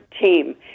team